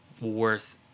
worth